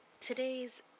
today's